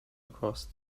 across